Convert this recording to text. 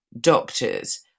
doctors